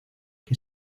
que